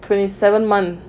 twenty seven month